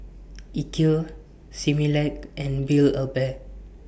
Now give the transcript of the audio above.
Ikea Similac and Build A Bear